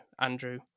Andrew